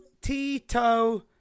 Tito